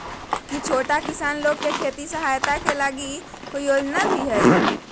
का छोटा किसान लोग के खेती सहायता के लगी कोई योजना भी हई?